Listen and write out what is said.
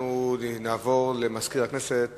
אנחנו עוברים למזכיר הכנסת